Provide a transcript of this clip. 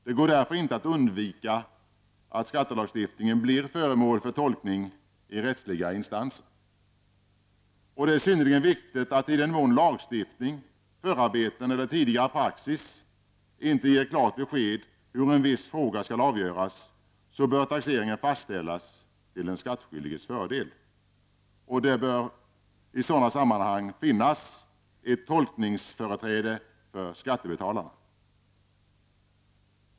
Det går därför inte att undvika att skattelagstiftningen blir föremål för tolkning i rättsliga instanser. Och det är synnerligen viktigt att i den mån lagstiftning, förarbeten eller tidigare praxis inte ger klart besked om hur en viss fråga skall avgöras, bör taxeringen fastställas till den skattskyldiges fördel. Det bör i sådana sammanhang finnas ett tolkningsföreträde för skattebetalarna.